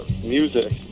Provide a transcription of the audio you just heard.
music